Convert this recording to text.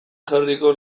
jarriko